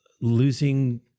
losing